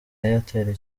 airtel